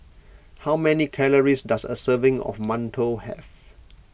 how many calories does a serving of Mantou have